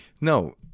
No